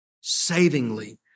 savingly